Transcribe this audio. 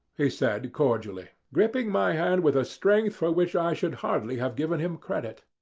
he said cordially, gripping my hand with a strength for which i should hardly have given him credit.